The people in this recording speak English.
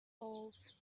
palms